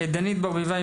דנית ברביבאי,